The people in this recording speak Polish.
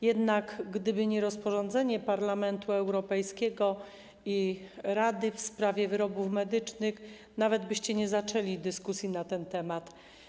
Jednak, gdyby nie rozporządzenie Parlamentu Europejskiego i Rady w sprawie wyrobów medycznych, nawet byście nie zaczęli dyskusji na ten temat.